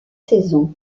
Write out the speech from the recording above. saisons